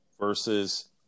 versus